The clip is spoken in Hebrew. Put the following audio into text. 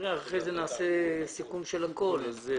אחרי כן נעשה סיכום של הכול ונראה.